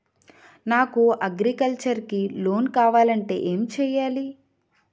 నాకు అగ్రికల్చర్ కి లోన్ కావాలంటే ఏం చేయాలి?